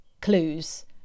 clues